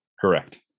Correct